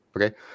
Okay